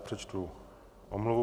Přečtu omluvu.